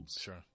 sure